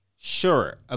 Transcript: sure